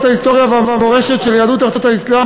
ההיסטוריה והמורשת של יהדות ארצות האסלאם,